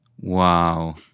Wow